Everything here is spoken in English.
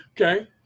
Okay